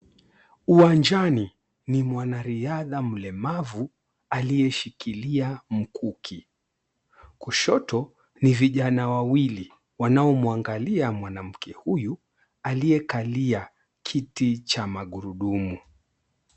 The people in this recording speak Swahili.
Uwanjani ni mwanariadha mlemavu aliyeshikilia mkuki kushoto ni vijana wawili wanaomwangalia mwanamke huyu aliyekalia kiti cha magurudumu.